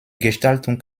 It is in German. gestaltung